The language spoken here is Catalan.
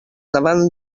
davant